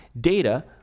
data